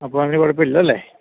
അപ്പോള് അതിനു കുഴപ്പമില്ലല്ലോ അല്ലേ